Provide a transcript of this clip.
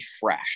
fresh